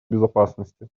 безопасности